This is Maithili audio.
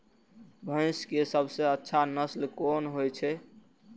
भैंस के सबसे अच्छा नस्ल कोन होय छे?